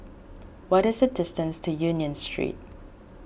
what is the distance to Union Street